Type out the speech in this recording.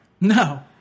no